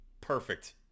Perfect